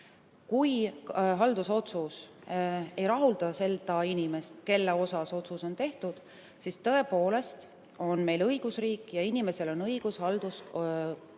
Kui haldusotsus ei rahulda seda inimest, kelle kohta otsus on tehtud, siis tõepoolest, meil on õigusriik ja inimesel on õigus haldusotsus